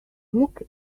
look